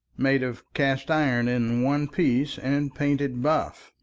made of cast-iron in one piece and painted buff,